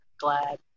glad